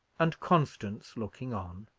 and constance looking on,